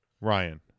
Ryan